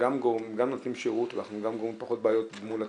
גם נותנים שירות ואנחנו גם גורמים פחות בעיות מול הציבור,